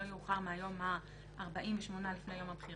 לא יאוחר מהיום ה-48 לפני יום הבחירות,